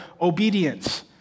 obedience